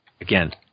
Again